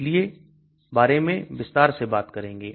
इसके बारे में विस्तार से बात करेंगे